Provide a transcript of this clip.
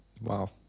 Wow